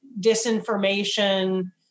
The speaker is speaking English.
disinformation